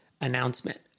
announcement